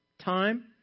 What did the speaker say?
Time